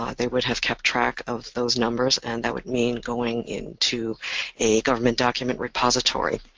ah they would have kept track of those numbers and that would mean going into a government document repository